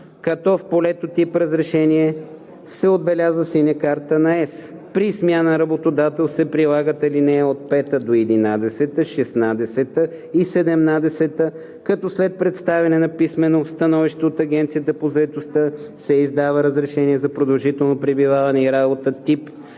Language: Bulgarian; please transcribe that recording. като в полето „тип разрешение” се отбелязва „Синя карта на ЕС“. При смяна на работодател се прилагат ал. 5 – 11, 16 и 17, като след представяне на писмено становище от Агенцията по заетостта се издава разрешение за продължително пребиваване и работа тип